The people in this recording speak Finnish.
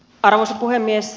arvoisa puhemies